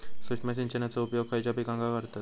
सूक्ष्म सिंचनाचो उपयोग खयच्या पिकांका करतत?